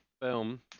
Boom